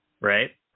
Right